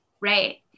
Right